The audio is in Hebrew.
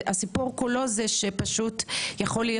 הסיפור כולו,